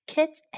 Kids